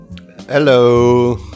Hello